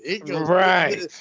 Right